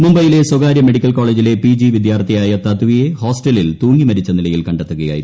മുംബൈയിലെ സ്വകാര്യ മെഡിക്കൽ കോളജിലെ പിജി വിദ്യാർത്ഥിയായ തദ്വിയെ ഹോസ്റ്റലിൽ തൂങ്ങിമരിച്ച നിലയിൽ കണ്ടെത്തുക്യായിരുന്നു